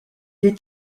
est